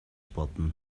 бодно